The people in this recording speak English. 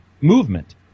movement